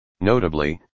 Notably